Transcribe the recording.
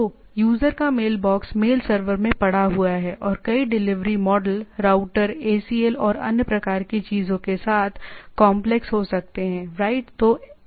तो यूजर का mailbox mail server में पड़ा हुआ है और कई डिलीवरी मॉडल राउटर एसीएल और अन्य प्रकार की चीजों के साथ कॉन्प्लेक्स हो सकते है राइट